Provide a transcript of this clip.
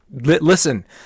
listen